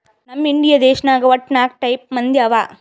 ನಮ್ ಇಂಡಿಯಾ ದೇಶನಾಗ್ ವಟ್ಟ ನಾಕ್ ಟೈಪ್ ಬಂದಿ ಅವಾ